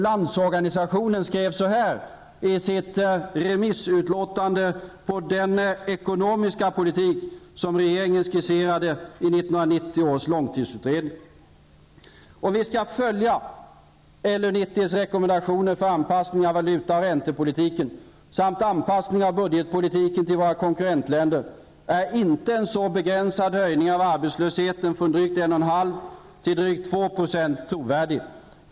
Landsorganisationen skrev följande i sitt remissutlåtande om den ekonomiska politiken som regeringen skisserade i 1990 års långtidsutredning: Om man skall följa LU 90:s rekommendationer för anpassning av valuta och räntepolitiken, samt anpassning av budgetpolitiken till konkurrentländerna, är inte en så begränsad höjning av arbetslösheten från drygt 1,5 % till drygt 2 % trovärdig.